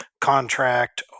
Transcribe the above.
contract